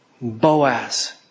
Boaz